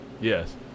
Yes